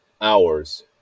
hours